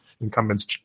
incumbents